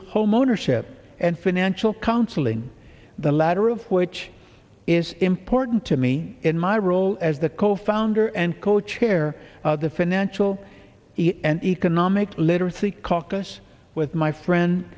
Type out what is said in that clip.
home ownership and financial counseling the latter of which is important to me in my role as the co founder and co chair of the financial and economic literacy caucus with my friend